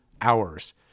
hours